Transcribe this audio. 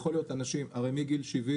הרי מגיל 70,